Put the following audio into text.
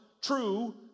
true